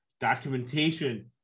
Documentation